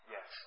Yes